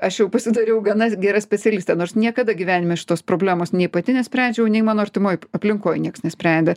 aš jau pasidariau gana gera specialistė nors niekada gyvenime šitos problemos nei pati nesprendžiau nei mano artimoj aplinkoj nieks nesprendė